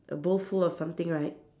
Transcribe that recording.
a bowl full of something right